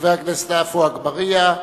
חבר הכנסת עפו אגבאריה,